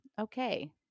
okay